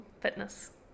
fitness